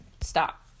stop